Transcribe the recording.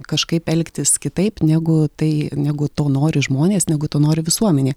kažkaip elgtis kitaip negu tai negu to nori žmonės negu to nori visuomenė